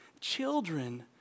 Children